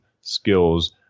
skills